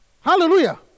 Hallelujah